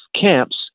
camps